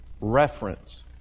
reference